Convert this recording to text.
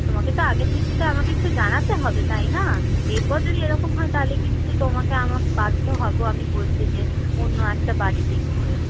তোমাকে তো আগে থাকতে আমাকে একটু জানাতে হবে তাই না এরপর যদি এরকম হয় তাহলে কিন্তু তোমাকে আমাকে বাধ্য হবো আমি বলতে যে অন্য একটা বাড়ি দেখতে